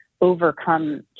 overcome